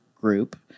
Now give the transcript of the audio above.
group